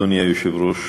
אדוני היושב-ראש,